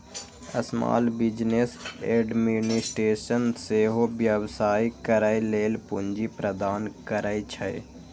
small business administration सेहो व्यवसाय करै लेल पूंजी प्रदान करै छै